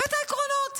הבאת עקרונות